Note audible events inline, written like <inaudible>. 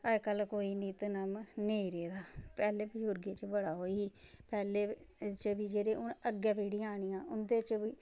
अज्जकल कोई नित्त नियम नेईं रेह्दा पैह्लें बजुर्गे च बड़ा ओह् ही पैहले <unintelligible> जेह्ड़ी हून अग्गे पीढ़ियां आनियां उं'दे च बी